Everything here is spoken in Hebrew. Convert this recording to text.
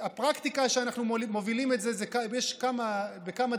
הפרקטיקה שבה אנחנו מובילים את זה היא בכמה דרכים.